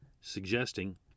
suggesting